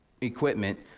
equipment